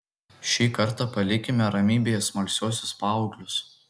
šį kartą palikime ramybėje smalsiuosius paauglius